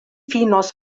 finos